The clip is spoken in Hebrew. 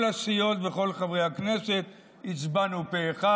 כל הסיעות וכל חברי הכנסת הצבענו פה אחד.